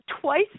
twice